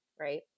right